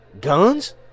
guns